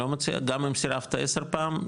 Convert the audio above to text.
גם אם סירבת עשר פעם,